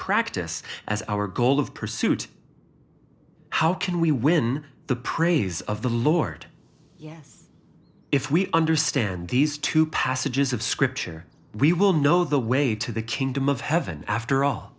practice as our goal of pursuit how can we win the praise of the lord yes if we understand these two passages of scripture we will know the way to the kingdom of heaven after all